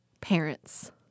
parents